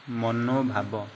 ମନୋଭାବ